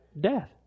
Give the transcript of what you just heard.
Death